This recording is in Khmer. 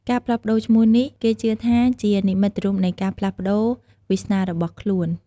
ការផ្លាស់ប្ដូរឈ្មោះនេះគេជឿថាជានិមិត្តរូបនៃការផ្លាស់ប្ដូរវាសនារបស់ខ្លួន។